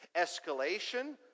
escalation